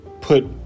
put